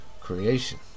creation